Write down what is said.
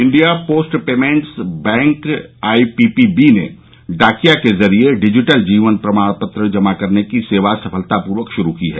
India post payments bank IPPB ने डाकिया के जरिए डिजिटल जीवन प्रमाण पत्र जमा कराने की सेवा सफलतापूर्वक शुरु की है